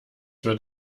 wird